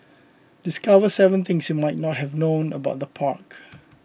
discover seven things you might not have known about the park